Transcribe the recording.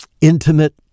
intimate